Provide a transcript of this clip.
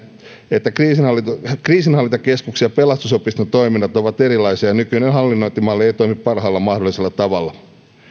että kriisinhallintakeskuksen ja pelastusopiston toiminnot ovat erilaisia ja nykyinen hallinnointimalli ei toimi parhaalla mahdollisella tavalla